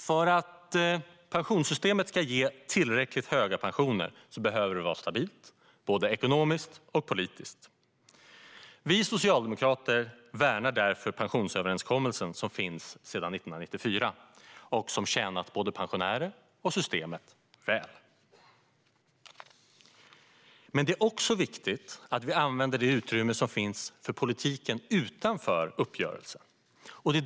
För att pensionssystemet ska ge tillräckligt höga pensioner behöver det vara stabilt, både ekonomiskt och politiskt. Vi socialdemokrater värnar därför den pensionsöverenskommelse som finns sedan 1994 och som har tjänat både pensionärerna och systemet väl. Men det är också viktigt att vi använder det utrymme som finns för politiken utanför uppgörelsen.